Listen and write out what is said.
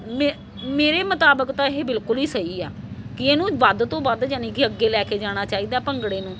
ਮੇ ਮੇਰੇ ਮੁਤਾਬਿਕ ਤਾਂ ਇਹ ਬਿਲਕੁਲ ਹੀ ਸਹੀ ਆ ਕਿ ਇਹਨੂੰ ਵੱਧ ਤੋਂ ਵੱਧ ਯਾਨੀ ਕਿ ਅੱਗੇ ਲੈ ਕੇ ਜਾਣਾ ਚਾਹੀਦਾ ਭੰਗੜੇ ਨੂੰ